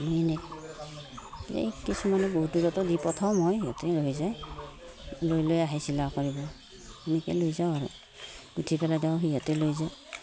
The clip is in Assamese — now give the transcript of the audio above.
মই এনে এই কিছুমানে বহুত দূৰতো দি পঠাওঁ মই সিহঁতে লৈ যায় লৈ লৈ আহিছিল আৰু কৰিব এনেকৈ লৈ যাওঁ আৰু গোঁঠি পেলাই দিওঁ সিহঁতে লৈ যায়